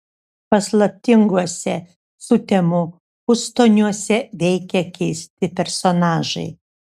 paslaptinguose sutemų pustoniuose veikia keisti personažai